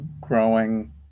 growing